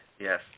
Yes